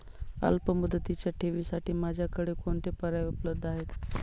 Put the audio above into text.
अल्पमुदतीच्या ठेवींसाठी माझ्याकडे कोणते पर्याय उपलब्ध आहेत?